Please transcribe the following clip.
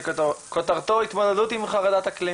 בחרנו הבוקר לקיים דיון שכותרתו היא התמודדות עם חרדת אקלים.